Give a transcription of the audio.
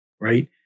right